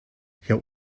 herr